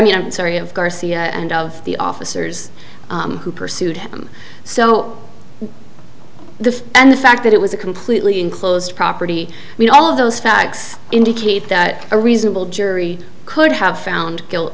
mean i'm sorry of garcia and of the officers who pursued him so the and the fact that it was a completely enclosed property i mean all of those facts indicate that a reasonable jury could have found guilt